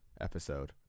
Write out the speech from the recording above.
episode